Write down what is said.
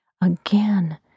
Again